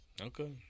Okay